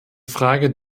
frage